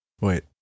Wait